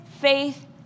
Faith